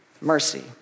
mercy